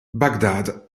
baghdad